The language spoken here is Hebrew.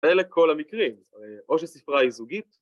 ‫אלה כל המקרים. או שספרה היא זוגית.